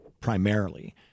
primarily